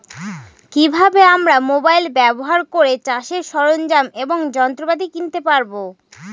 কি ভাবে আমরা মোবাইল ব্যাবহার করে চাষের সরঞ্জাম এবং যন্ত্রপাতি কিনতে পারবো?